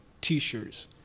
T-shirts